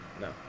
No